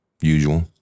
usual